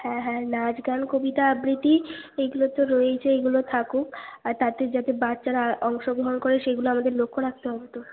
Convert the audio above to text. হ্যাঁ হ্যাঁ নাচ গান কবিতা আবৃতি এগুলো তো রয়েইচে এইগুলো থাকুক আর তাতে যাতে বাচ্চারা অংশগ্রহণ করে সেইগুলো আমাদের লক্ষ্য রাকতে হবে তো